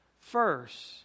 first